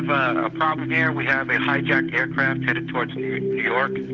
a problem here. we have a hijacked aircraft headed towards new york.